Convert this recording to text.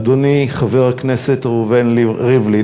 אדוני חבר הכנסת ראובן ריבלין,